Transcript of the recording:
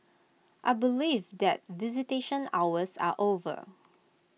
I believe that visitation hours are over